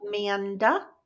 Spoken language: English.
Amanda